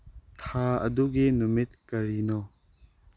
ꯊꯥ ꯑꯗꯨꯒꯤ ꯅꯨꯃꯤꯠ ꯀꯔꯤꯅꯣ